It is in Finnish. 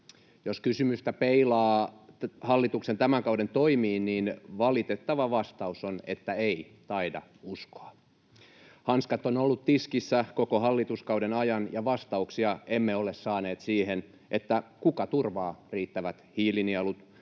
Jos kysymystä peilaa hallituksen tämän kauden toimiin, niin valitettava vastaus on, että ei taida uskoa. Hanskat on ollut tiskissä koko hallituskauden ajan, ja vastauksia emme ole saaneet siihen, kuka turvaa riittävät hiilinielut,